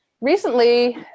Recently